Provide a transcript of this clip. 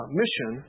mission